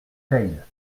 teil